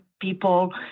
people